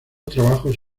trabajos